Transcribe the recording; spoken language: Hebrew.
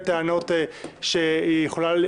אני חושב שבהקשר הזה לאור ההתנהלות המסוימת,